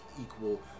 equal